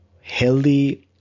healthy